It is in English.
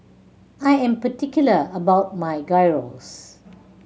I am particular about my Gyros